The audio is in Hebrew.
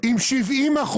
עם 70%,